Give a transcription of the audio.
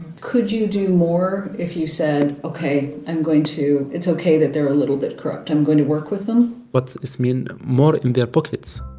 could you do more if you said, ok, i'm going to it's ok that they're a little bit corrupt i'm going to work with them? but this mean more in their pockets